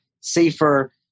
safer